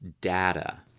data